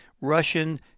Russian